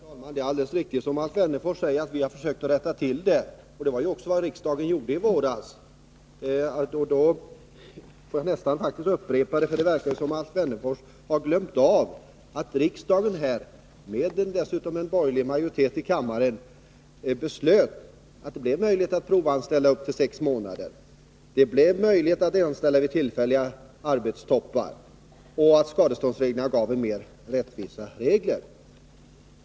Herr talman! Det är alldeles riktigt som Alf Wennerfors säger att vi försökt rätta till detta. Det var också vad riksdagen gjorde i våras. Det verkar som om Alf Wennerfors glömt av att riksdagen — med borgerlig majoritet i kammaren dessutom — beslöt att det bl.a. skulle bli möjligt att provanställa i sex månader, att anställa vid tillfälliga arbetstoppar och att skadestånd avgörs efter litet mer rättvisa regler.